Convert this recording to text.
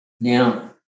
Now